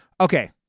Okay